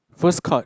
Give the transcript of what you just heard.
first card